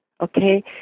okay